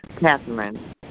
Catherine